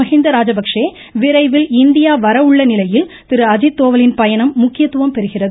மகீந்த ராஜபக்ஷே விரைவில் இந்தியா வர உள்ள நிலையில் திரு அஜீத் தோவலின் பயணம் முக்கியத்துவம் பெறுகிறது